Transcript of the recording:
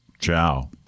Ciao